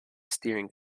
steering